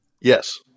Yes